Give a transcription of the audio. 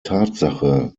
tatsache